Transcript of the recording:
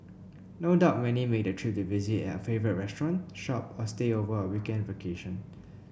no doubt many make the trip to visit a favourite restaurant shop or stay over a weekend vacation